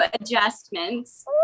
adjustments